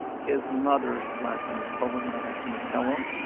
his mother's last name was polan. my last name is pelham.